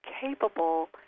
capable